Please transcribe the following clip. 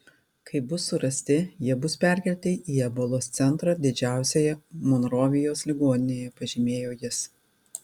kai bus surasti jie bus perkelti į ebolos centrą didžiausioje monrovijos ligoninėje pažymėjo jis